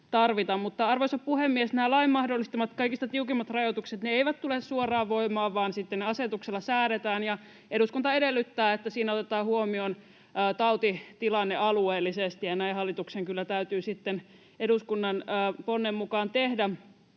Arvoisa puhemies! Nämä lain mahdollistamat kaikista tiukimmat rajoitukset eivät tule suoraan voimaan, vaan sitten ne asetuksella säädetään. Ja eduskunta edellyttää, että siinä otetaan huomioon tautitilanne alueellisesti, ja näin hallituksen kyllä täytyy sitten eduskunnan ponnen mukaan tehdä.